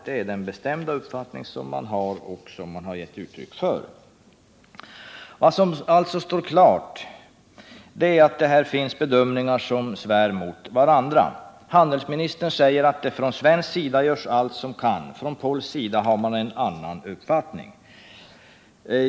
Det är den bestämda uppfattning som man har och som man också har gett uttryck för. Vad som alltså står klart är att det här finns bedömningar som svär mot varandra. Handelsministern säger att man från svensk sida gör allt som göras kan. På polsk sida har man dock en helt annan uppfauning.